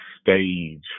stage